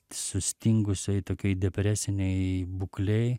sustingusioj tokioj depresinėj būklėj